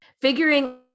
Figuring